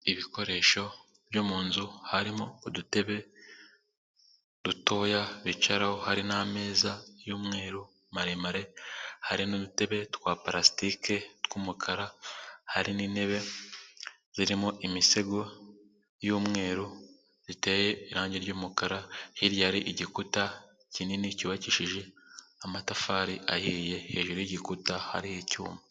Ibikoresho byo mu nzu harimo udutebe dutoya bicaraho, hari n'ameza y'umweru maremare, hari n'udutebe twa parasitike tw'umukara, hari n'intebe zirimo imisego y'umweru ziteye irangi ry'umukara, hirya hari igikuta kinini cyubakishije amatafari ahiye, hejuru y'igikuta hariho icyuma.